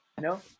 No